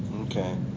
Okay